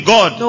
God